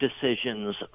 decisions